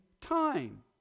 time